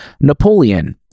Napoleon